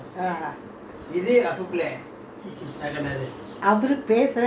!huh! how dare you talk about my father (uh huh) say ah